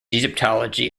egyptology